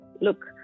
Look